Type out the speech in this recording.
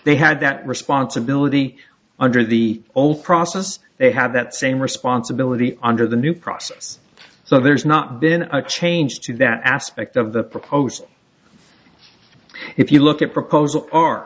they had that responsibility under the old process they have that same responsibility under the new process so there's not been a change to that aspect of the proposed if you look at proposal our